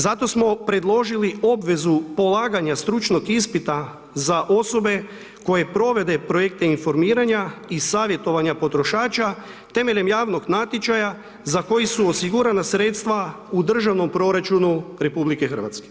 Zato smo predložili obvezu polaganja stručnog ispita za osobe koje provode projekte informiranja i savjetovanja potrošača temeljem javnog natječaja za koji su osigurana sredstva u državnom proračunu RH.